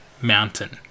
mountain